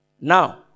Now